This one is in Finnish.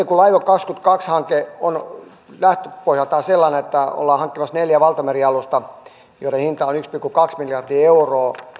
kun laivue kaksituhattakaksikymmentä hanke on lähtöpohjaltaan sellainen että ollaan hankkimassa neljä valtamerialusta joiden hinta on yksi pilkku kaksi miljardia euroa